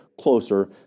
closer